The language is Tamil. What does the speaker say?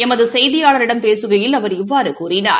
எமது செய்தியாளரிடம் பேசுகையில் அவர் இவ்வாறு கூறினார்